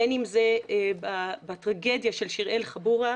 בין אם זה בטרגדיה של שיראל חבורה,